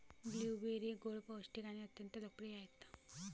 blueberry गोड, पौष्टिक आणि अत्यंत लोकप्रिय आहेत